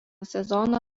sezoną